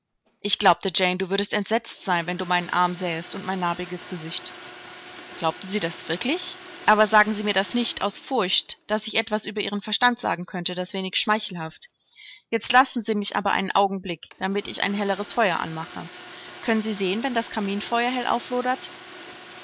ich glaubte jane du würdest entsetzt sein wenn du meinen arm sähest und mein narbiges gesicht glaubten sie das wirklich aber sagen sie mir das nicht aus furcht daß ich etwas über ihren verstand sagen könnte das wenig schmeichelhaft jetzt lassen sie mich aber einen augenblick damit ich ein helleres feuer anmache können sie sehen wenn das kaminfeuer hell auflodert